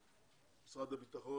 העלאת דמי האבטלה?